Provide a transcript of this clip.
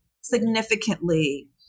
significantly